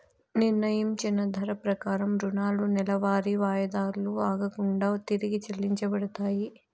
నిర్ణయించిన ధర ప్రకారం రుణాలు నెలవారీ వాయిదాలు ఆగకుండా తిరిగి చెల్లించబడతాయి